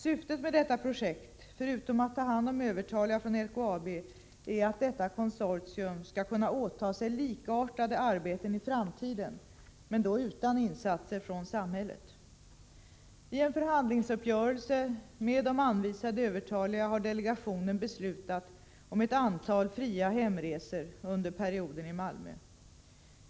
Syftet med detta projekt, förutom att ta hand om övertaliga från LKAB, är att detta konsortium skall kunna åtaga sig likartade arbeten i framtiden, men då utan insatser från samhället. I en förhandlingsuppgörelse med de anvisade övertaliga har delegationen beslutat om ett antal fria hemresor under perioden i Malmö.